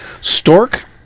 Stork